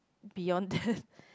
beyond that